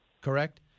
correct